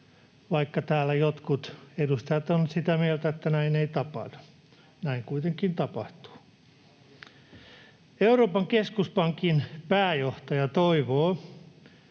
täällä jotkut edustajat ovat sitä mieltä, että näin ei tapahdu. Näin kuitenkin tapahtuu. Euroopan keskuspankin pääjohtaja toivoi